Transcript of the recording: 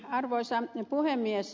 arvoisa puhemies